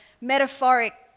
metaphoric